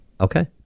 Okay